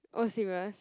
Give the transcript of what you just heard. oh serious